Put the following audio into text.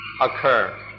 occur